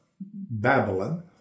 Babylon